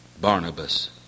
Barnabas